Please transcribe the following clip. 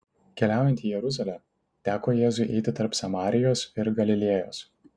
keliaujant į jeruzalę teko jėzui eiti tarp samarijos ir galilėjos